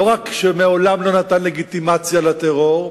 לא רק שמעולם לא נתן לגיטימציה לטרור,